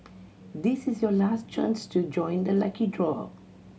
this is your last chance to join the lucky draw